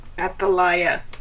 Athalia